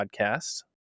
podcast